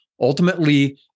Ultimately